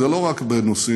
זה לא רק בנושאים,